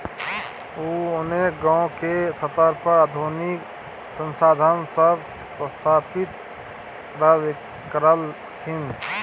उ अनेक गांव के स्तर पर आधुनिक संसाधन सब स्थापित करलखिन